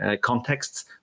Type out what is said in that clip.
contexts